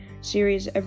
series